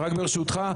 רק ברשותך,